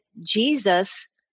Jesus